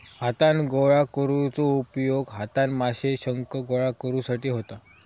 हातान गोळा करुचो उपयोग हातान माशे, शंख गोळा करुसाठी होता